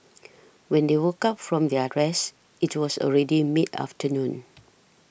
when they woke up from their rest it was already mid afternoon